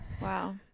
Wow